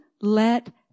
let